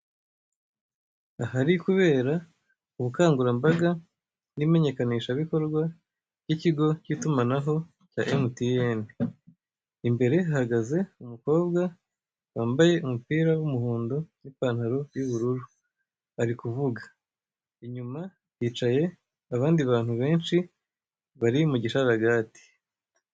Ahari kubera ubukangurambaga nimenyekanisha bikorwa byikigo kitumanaho cya MTN, imbere hahagaze umukobwa wambaye umupira w'umuhondo nipantaro y'ubururu ari kuvuga, inyuma hicaye abandi bantu benshi bari mugisharagati.